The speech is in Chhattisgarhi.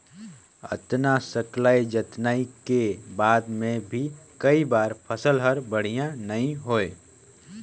अतना सकलई जतनई के बाद मे भी कई बार फसल हर बड़िया नइ होए